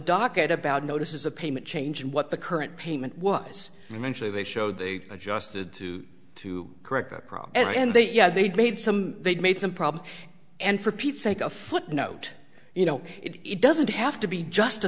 docket about notices of payment change and what the current payment was mentally they showed they adjusted to to correct the problem and they yeah they've made some they've made some problems and for pete's sake a footnote you know it doesn't have to be just a